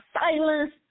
silence